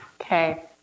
Okay